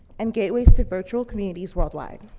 and gateways to virtual communities world wide.